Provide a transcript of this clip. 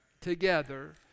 together